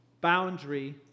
Boundary